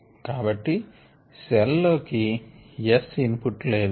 కాబట్టి సెల్ లోకి S input లేదు